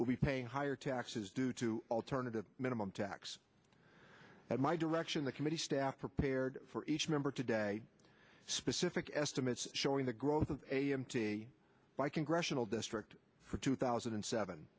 will be paying higher taxes due to alternative minimum tax at my direction the committee staff prepared for each member today specific estimates showing the growth of a m t by congressional district for two thousand and seven